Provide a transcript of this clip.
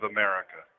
America